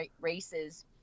races